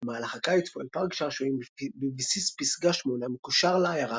במהלך הקיץ פועל פארק שעשועים בבסיס פסגה 8 המקושר לעיירה